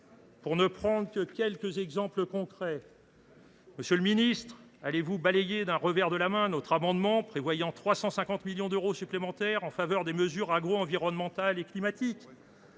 Pour ne prendre que quelques exemples concrets, monsieur le ministre, allez vous balayer d’un revers de main notre amendement visant à prévoir 350 millions d’euros supplémentaires en faveur des mesures agroenvironnementales et climatiques ?